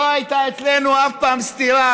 לא הייתה אצלנו אף פעם סתירה